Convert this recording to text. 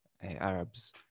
Arabs